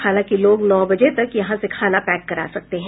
हालांकि लोग नौ बजे तक यहां से खाना पैक करा सकते हैं